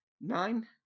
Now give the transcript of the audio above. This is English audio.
nine